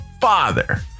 father